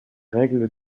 règles